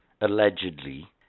allegedly